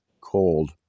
cold